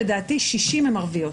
לדעתי 60 הן ערביות,